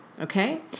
Okay